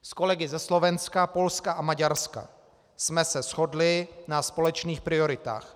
S kolegy ze Slovenska, Polska a Maďarska jsme se shodli na společných prioritách.